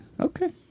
okay